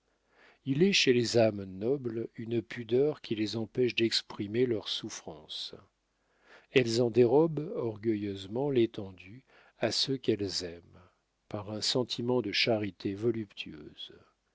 il est chez les âmes nobles une pudeur qui les empêche d'exprimer leurs souffrances elles en dérobent orgueilleusement l'étendue à ceux qu'elles aiment par un sentiment de charité voluptueuse